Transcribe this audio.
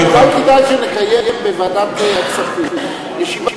אולי כדאי שנקיים בוועדת הכספים ישיבה